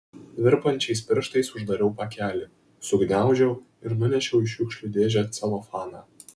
virpančiais pirštais uždariau pakelį sugniaužiau ir nunešiau į šiukšlių dėžę celofaną